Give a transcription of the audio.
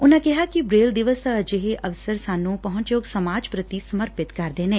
ਉਨਾ ਕਿਹਾ ਕਿ ਬੇਲ ਦਿਵਸ ਅਜਿਹੇ ਅਵਸਰ ਸਾਨੂੰ ਪਹੂੰਚਯੋਗ ਸਮਾਜ ਪ੍ਰਤੀ ਸਮਰਪਿਤ ਕਰਦੇ ਨੇ